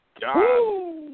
god